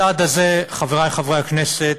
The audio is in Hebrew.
הצעד הזה, חברי חברי הכנסת,